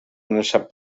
amenaçat